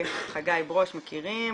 את חגי ברוש מכירים,